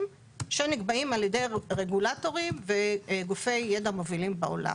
שנקבעים על ידי רגולטורים וגופי ידע מובילים בעולם.